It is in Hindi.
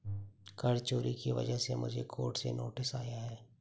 कर चोरी की वजह से मुझे कोर्ट से नोटिस आया है